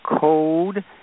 code